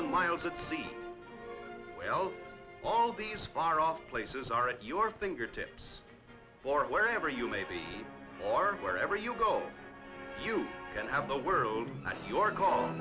a mile to see all these far off places are at your fingertips or wherever you may be or wherever you go you can have the world on your call